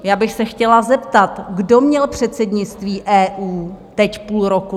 Já bych se chtěla zeptat: Kdo měl předsednictví EU teď půl roku?